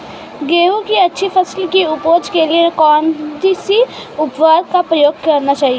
गेहूँ की अच्छी फसल की उपज के लिए कौनसी उर्वरक का प्रयोग करना चाहिए?